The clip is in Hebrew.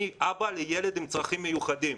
אני אבא לילד עם צרכים מיוחדים.